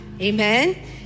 Amen